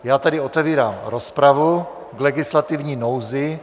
Já tedy otevírám rozpravu k legislativní nouzi.